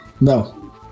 no